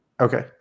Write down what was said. Okay